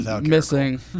missing